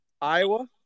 Iowa